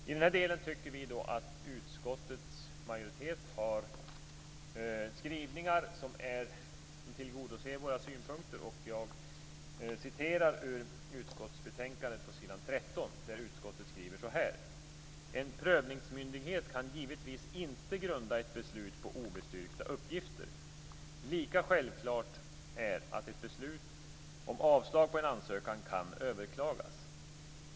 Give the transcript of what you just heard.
I denna del tycker vi att utskottets majoritet har skrivningar som tillgodoser våra synpunkter, och jag skall citera ur utskottsbetänkandet på s. 13, där utskottet skriver följande: "En prövningsmyndighet kan givetvis inte grunda ett beslut på obestyrkta uppgifter. Lika självklart är att ett beslut om avslag på en ansökan kan överklagas.